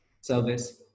service